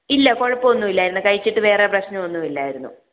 ഇല്ല കുഴപ്പോന്നുമില്ലാരുന്ന് കഴിച്ചിട്ട് വേറെ പ്രശ്നമൊന്നുമില്ലായിരുന്നു